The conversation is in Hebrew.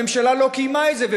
והממשלה לא קיימה את זה.